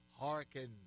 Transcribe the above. hearken